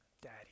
Daddy